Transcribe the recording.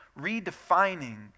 redefining